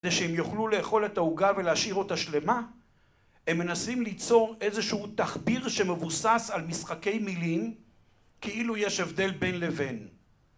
כדי שהם יוכלו לאכול את העוגה ולהשאיר אותה שלמה, הם מנסים ליצור איזשהו תחביר שמבוסס על משחקי מילים, כאילו יש הבדל בין לבין.